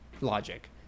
logic